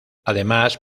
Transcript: además